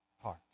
heart